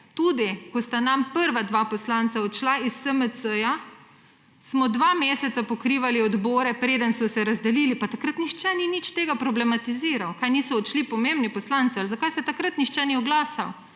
tudi ko sta nam prva dva poslanca odšla iz SMC, smo dva meseca pokrivali odbore, preden so se razdelili. Pa takrat nihče ni nič tega problematizirali! Kaj niso odšli pomembni poslanci? Zakaj se takrat nihče ni oglašal?